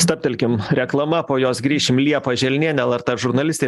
stabtelkim reklama po jos grįšim liepa želnienė lrt žurnalistė